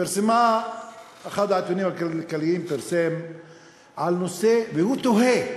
פרסם אחד העיתונים הכלכליים על הנושא, והוא תוהה,